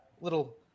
little